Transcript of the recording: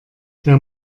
der